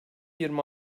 yirmi